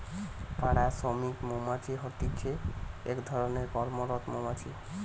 পাড়া শ্রমিক মৌমাছি হতিছে এক ধরণের কর্মরত মৌমাছি